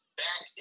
back